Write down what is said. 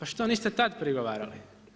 A što niste tad prigovarali?